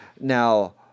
Now